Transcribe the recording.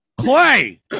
clay